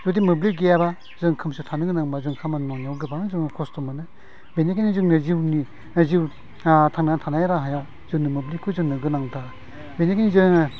जुदि मोब्लिब गैयाबा जों खोमसियाव थानो गोनां बा जों खामानि मावनायाव जोङो गोबां खस्थ मोनो बेनिखायनो जोंनो जिउनि जिउ थांनानै थानायनि राहायाव जोंनो मोब्लिवखौ जोंनो गोनांथार बेनिखायनो जोङो